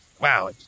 Wow